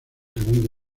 grande